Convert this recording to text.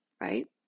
right